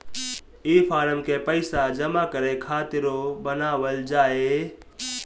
ई फारम के पइसा जमा करे खातिरो बनावल जाए